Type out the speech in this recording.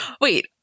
Wait